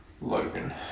Logan